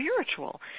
spiritual